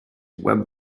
web